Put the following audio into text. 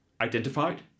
identified